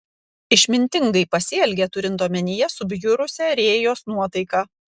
išmintingai pasielgė turint omenyje subjurusią rėjos nuotaiką